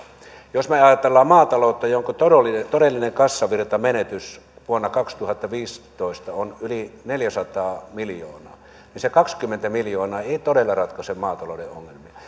jos ajatellaan maataloutta jonka todellinen todellinen kassavirtamenetys vuonna kaksituhattaviisitoista on yli neljäsataa miljoonaa niin se kaksikymmentä miljoonaa ei todella ratkaise maatalouden ongelmia ja